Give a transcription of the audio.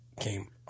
came